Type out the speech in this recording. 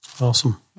Awesome